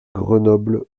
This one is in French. grenoble